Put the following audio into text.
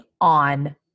on